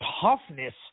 toughness